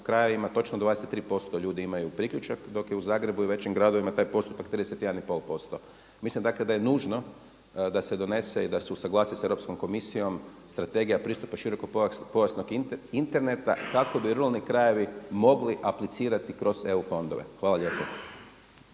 krajevima točno 23% ljudi imaju priključak dok je u Zagrebu i u većim gradovima taj postotak 31,5%. Mislim dakle da je nužno da se donese i da se usuglasi sa Europskom komisijom strategija pristupa širokopojasnog interneta kako bi ruralni krajevi mogli aplicirati kroz eu fondove. **Jandroković,